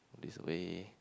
put this away